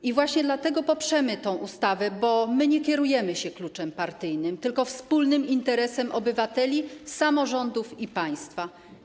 I właśnie dlatego poprzemy tę ustawę, bo nie kierujemy się kluczem partyjnym, tylko wspólnym interesem obywateli, samorządów i państwa.